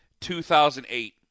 2008